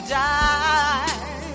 die